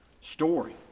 story